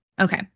Okay